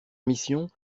mission